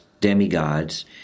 demigods